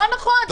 לא נכון.